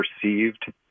perceived